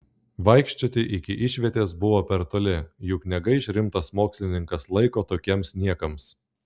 vaikščioti iki išvietės buvo per toli juk negaiš rimtas mokslininkas laiko tokiems niekams